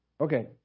Okay